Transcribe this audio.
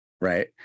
right